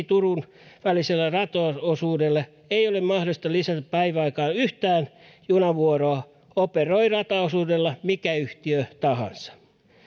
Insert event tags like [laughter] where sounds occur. [unintelligible] turun väliselle rataosuudelle ei ole mahdollista lisätä päiväaikaan yhtään junavuoroa operoi rataosuudella mikä yhtiö tahansa